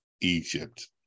Egypt